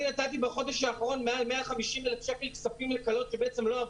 אני נתתי בחודש האחרון מעל 150,000 שקלים לכלות שלא ---.